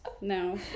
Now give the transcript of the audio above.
No